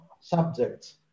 subjects